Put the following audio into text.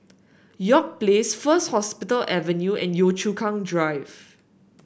York Place First Hospital Avenue and Yio Chu Kang Drive